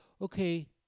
okay